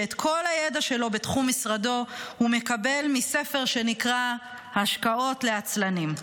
שאת כל הידע שלו בתחום משרדו הוא מקבל מספר שנקרא "השקעות לעצלנים".